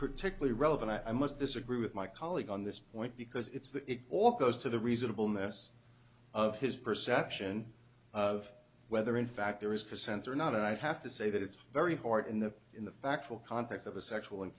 particularly relevant i must disagree with my colleague on this point because it's that it all goes to the reasonable ness of his perception of whether in fact there is present or not and i have to say that it's very hard in the in the factual context of a sexual